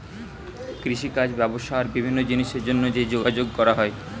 কৃষিকাজ, ব্যবসা আর বিভিন্ন জিনিসের জন্যে যে যোগাযোগ করা হয়